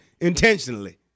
Intentionally